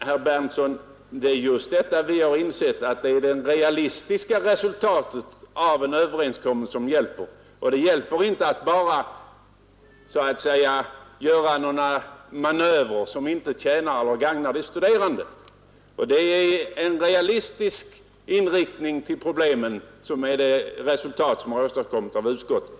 Herr talman! Vi har insett att det just är det realistiska resultatet av en överenskommelse som hjälper de studerande, herr Berndtson. Det går inte att bara göra några manövrer som inte gagnar de studerande. Det resultat som åstadskommits av utskottet vittnar om en realistisk inställning till problemen.